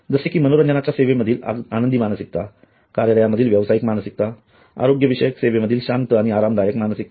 जसे कि मनोरंजनाच्या सेवांमधील आनंदी मानसिकता कार्यालयामधील व्यावसायिक मानसिकता आरोग्यविषयक सेवेमधील शांत आणि आरामदायक मानसिकता